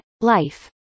life